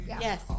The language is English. Yes